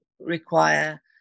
require